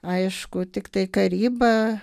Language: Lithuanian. aišku tiktai karyba